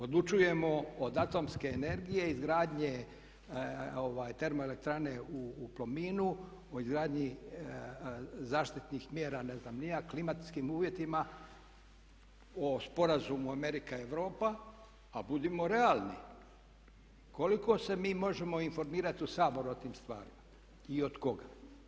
Odlučujemo od atomske energije, izgradnje termoelektrane u Plominu, o izgradnji zaštitnih mjera ne znam ni ja klimatskim uvjetima, o sporazumu Amerika-Europa, a budimo realni koliko se mi možemo informirati u Saboru o tim stvarima i od koga?